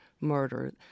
murder